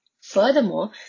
Furthermore